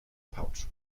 pouch